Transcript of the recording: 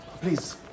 Please